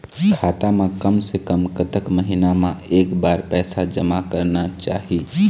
खाता मा कम से कम कतक महीना मा एक बार पैसा जमा करना चाही?